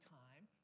time